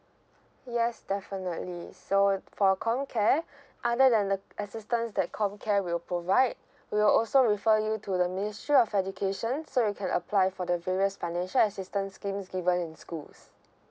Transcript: yes definitely so for comcare other than the assistance that comcare will provide we will also refer you to the ministry of education so you can apply for the various financial assistance schemes given in schools